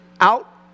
out